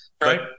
right